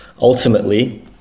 ultimately